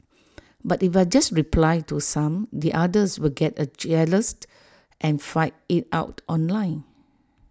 but if I just reply to some the others will get A jealous and fight IT out online